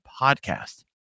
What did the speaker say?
podcast